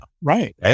Right